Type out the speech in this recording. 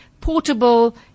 portable